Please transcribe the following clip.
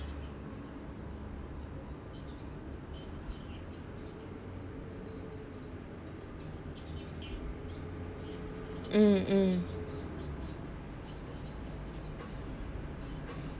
mm mm